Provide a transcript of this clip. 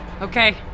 Okay